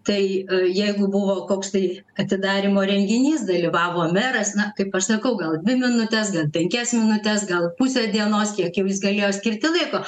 tai jeigu buvo koksai atidarymo renginys dalyvavo meras na kaip aš sakau gal dvi minutes gal penkias minutes gal pusę dienos kiek jau jis galėjo skirti laiko